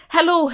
Hello